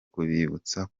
kubibutsa